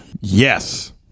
Yes